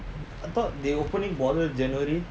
I thought they opening border january